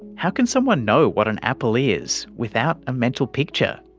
how can someone know what an apple is without a mental picture?